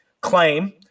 claim